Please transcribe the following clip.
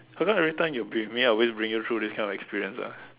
how come every time you with me I always bring you through these kind of experience ah